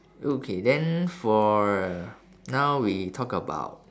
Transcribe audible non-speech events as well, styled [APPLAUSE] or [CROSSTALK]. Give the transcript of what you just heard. okay then for uh [NOISE] now we talk about